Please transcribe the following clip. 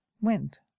went